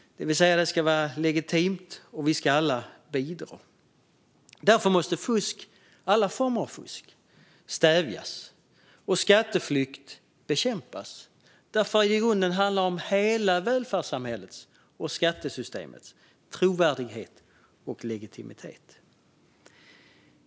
Det ska vara legitimt, och vi ska alla bidra. Därför måste alla former av fusk stävjas och skatteflykt bekämpas. Det handlar i grunden om hela välfärdssamhällets och skattesystemets trovärdighet och legitimitet.